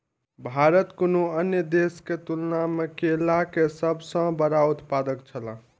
भारत कुनू अन्य देश के तुलना में केला के सब सॉ बड़ा उत्पादक छला